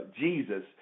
Jesus